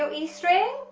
ah e string